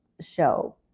show